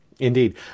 Indeed